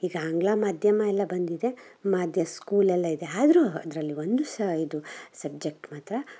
ಈಗ ಆಂಗ್ಲ ಮಾಧ್ಯಮ ಎಲ್ಲ ಬಂದಿದೆ ಮಾಧ್ಯಮ ಸ್ಕೂಲ್ ಎಲ್ಲ ಇದೆ ಆದ್ರೂ ಅದರಲ್ಲಿ ಒಂದು ಸಹ ಇದು ಸಬ್ಜೆಕ್ಟ್ ಮಾತ್ರ